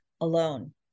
alone